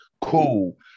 Cool